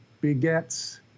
begets